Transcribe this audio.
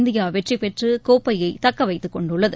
இந்தியாவெற்றிபெற்றுகோப்பையைதக்கவைத்துக் கொண்டுள்ளது